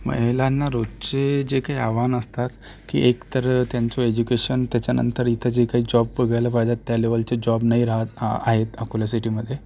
महिलांना रोजचे जे काही आव्हानं असतात की एक तर त्यांचं एज्युकेशन त्यांच्यानंतर इथं जे काही जॉब बघायला पाहतात त्या लेवलचे जॉब नाही राहत आहेत अकोला सिटीमध्ये